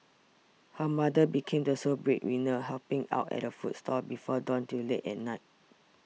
her mother became the sole breadwinner helping out at a food stall before dawn till late at night